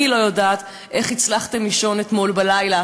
אני לא יודעת איך הצלחתם לישון אתמול בלילה